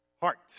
heart